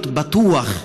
להיות בטוח,